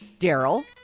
Daryl